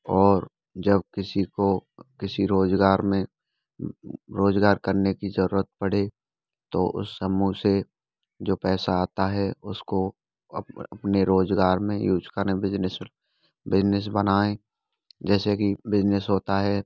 और जब किसी को किसी रोज़गार में रोज़गार करने की ज़रूरत पड़े तो उस समूह से जो पैसा आता है उसको अपने रोज़गार में यूज करें बिजनेस में बिजनेस बनाएँ जैसे कि बिजनेस होता है